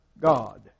God